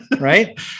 Right